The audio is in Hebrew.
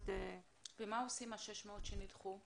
מה עושים עם ה-600 שנדחו?